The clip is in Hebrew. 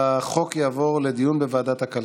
אבל בחוק, אולי, תלוי בוועדה,